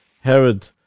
Herod